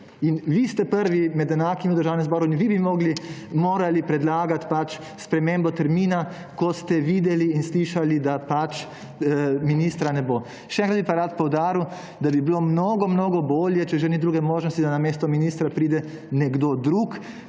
In vi ste prvi med enakimi v Državnem zboru in vi bi morali predlagati spremembo termina, ko ste videli in slišali, da ministra ne bo. Še enkrat bi pa rad poudaril, da bi bilo mnogo mnogo bolje, če že ni druge možnosti, da namesto ministra pride nekdo drug,